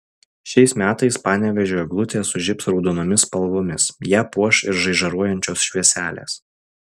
šiais metais panevėžio eglutė sužibs raudonomis spalvomis ją puoš ir žaižaruojančios švieselės